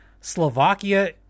Slovakia